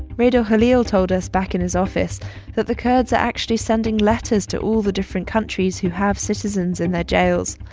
redur khalil told us back in his office that the kurds are actually sending letters to all the different countries who have citizens in their jails.